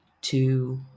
two